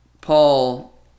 Paul